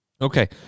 okay